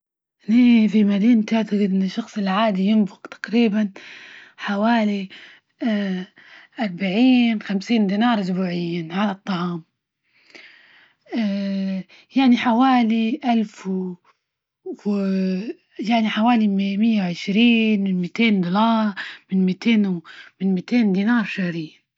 هذى فى مدينتى هذى الشخص العادي ينفق تقريبا، حوالي اربعين، خمسين دينار أسبوعيا على الطعام. يعني حوالي ألف و يعني حوالي مائة وعشرين، مئتين دولار من مئتين- من مئتين دينار شهري.